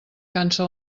cansa